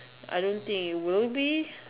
I don't think it will be